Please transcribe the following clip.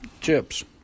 Chips